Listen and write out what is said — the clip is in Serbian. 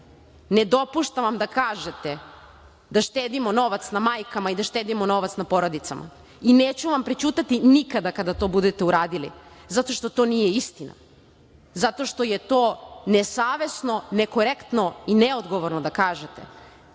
ne dopuštam vam da kažete da štedimo novac na majkama i da štedimo novac na porodicama i neću vam prećutati nikada kada to budete uradili zato što to nije istina, zato što je to nesavesno, nekorektno i neodgovorno da